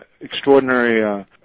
extraordinary